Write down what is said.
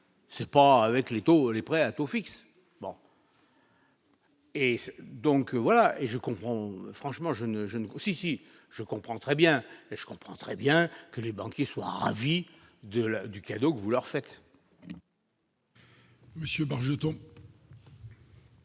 c'est pas avec les taux des prêts à taux fixe, bon. Et donc voilà, et je comprends, franchement je ne je ne aussi si je comprends très bien et je comprends très bien que les banquiers soient ravis de la du cadeau que vous leur faites. Monsieur Barre,